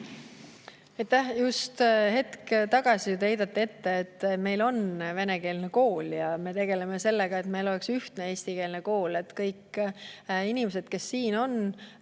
Just hetk tagasi te heitsite ette, et meil on venekeelne kool. Me tegeleme sellega, et meil oleks ühtne eestikeelne kool, et kõik inimesed, kes siin on,